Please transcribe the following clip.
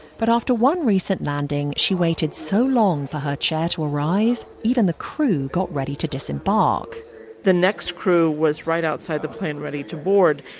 but after one recent landing she waited so long for her chair to arrive, even the crew got ready to disembark the next crew was right outside the plane ready to board,